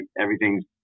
everything's